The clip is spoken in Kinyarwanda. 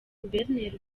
guverineri